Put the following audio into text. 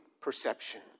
perception